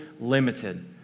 limited